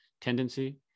tendency